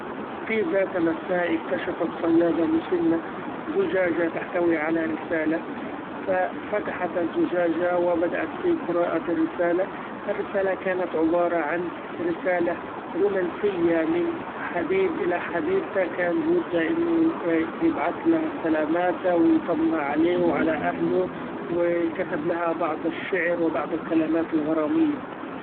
في ذات مساء اكتشف صيادة مسنة زچاچة تحتوي على رسالة! ف فتحت الزچاچة وبدأت في قراءة الرسالة ، الرسالة كانت عبارة عن رسالة رومإنسية من حبيب الى حبيبته كان بوده إنو يبعتلها سلاماته و يطمنها عليه وعلى اهله ،وكتبلها بعض الشعر وبعض الكلمات الغرامية.